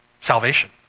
salvation